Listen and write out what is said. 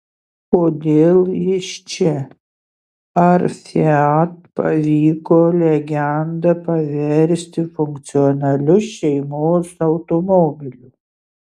kodėl jis čia ar fiat pavyko legendą paversti funkcionaliu šeimos automobiliu